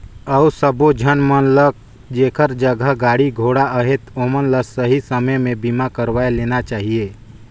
अउ सबो झन मन ल जेखर जघा गाड़ी घोड़ा अहे ओमन ल सही समे में बीमा करवाये लेना चाहिए